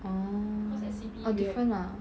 oh oh different ah